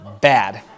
bad